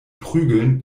prügeln